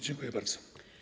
Dziękuję bardzo.